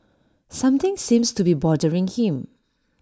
something seems to be bothering him